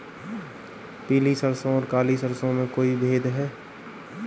पीली सरसों और काली सरसों में कोई भेद है?